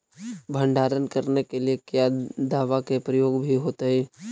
भंडारन करने के लिय क्या दाबा के प्रयोग भी होयतय?